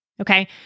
Okay